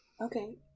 Okay